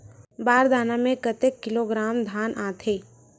बार दाना में कतेक किलोग्राम धान आता हे?